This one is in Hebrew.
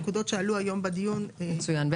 מצוין.